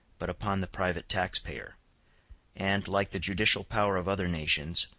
but upon the private taxpayer and, like the judicial power of other nations,